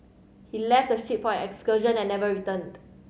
he left the ship for an excursion and never returned